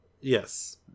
Yes